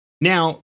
Now